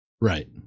Right